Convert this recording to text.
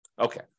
Okay